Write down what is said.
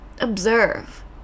observe